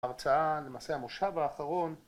בהרצאה, למעשה המושב האחרון